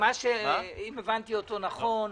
אם הבנתי אותו נכון,